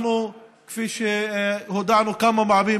כפי שהודענו כמה פעמים,